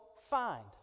find